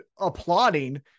applauding